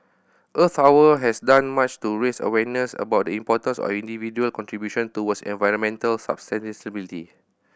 Earth Hour has done much to raise awareness about the importance of individual contribution towards environmental sustainability